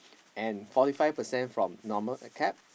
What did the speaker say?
and forty five percent from normal acad